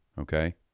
Okay